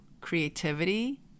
creativity